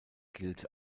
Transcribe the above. gilt